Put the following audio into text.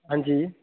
हां जी